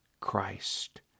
Christ